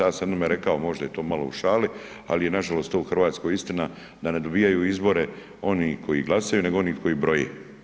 Ja sam njima rekao, možda je to malo u šali, ali je nažalost to u Hrvatskoj istina, da ne dobivaju izbore oni koji glasaju nego oni koji broje.